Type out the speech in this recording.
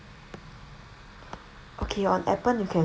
okay on Appen you can